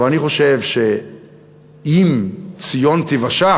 אבל אני חושב שאם ציון תיוושע